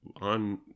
on